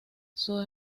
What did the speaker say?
sus